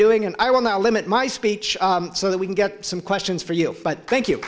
doing and i will not limit my speech so that we can get some questions for you but thank you